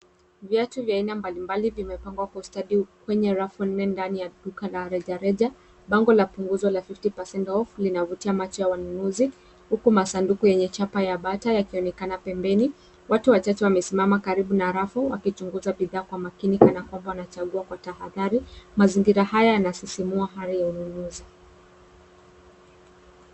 Viatu vya aina mbalimbali zimepangwa kwa ustadi kwenye rafu nne ndani ya duka la rejareja, bango la punguzo la fifty percent off linavutia macho ya wanunuzi huku masanduku yenye chapa ya bata yakionekana pembeni, watu wachache wamesimama karibu na rafu wakichunguza bidhaa kwa makini kana kwamba wanachagua kwa tahadhari, mazingira haya yanasisimua hali ya ununuzi.